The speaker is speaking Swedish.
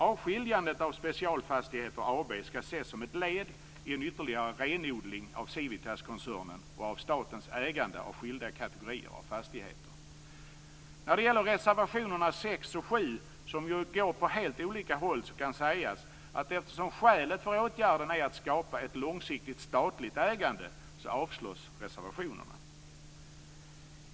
Avskiljandet av Specialfastigheter AB skall ses som ett led i en ytterligare renodling av Civitaskoncernen och av statens ägande av skilda kategorier av fastigheter. När det gäller reservationerna 6 och 7, som ju går åt helt olika håll, kan sägas att eftersom skälet för åtgärderna är att skapa ett långsiktigt statligt ägande så avslås reservationerna.